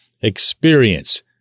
experience